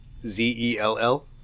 Z-E-L-L